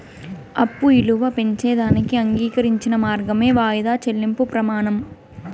అప్పు ఇలువ పెంచేదానికి అంగీకరించిన మార్గమే వాయిదా చెల్లింపు ప్రమానం